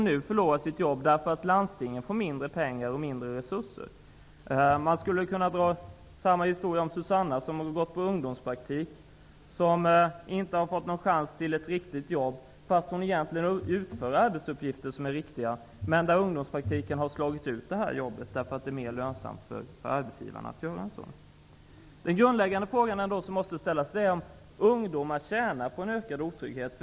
Nu förlorar hon sitt jobb, därför att landstinget får mindre resurser. Jag skulle kunna berätta samma historia om Susanna som har gått på ungdomspraktik och som inte har fått någon chans till ett riktigt jobb, fast hon egentligen utför riktiga arbetsuppgifter. Ungdomspraktiken har slagit ut det riktiga jobbet, eftersom det är mer lönsamt för arbetsgivaren att ha det så. Den grundläggande fråga som måste ställas är om ungdomar tjänar på en ökad otrygghet.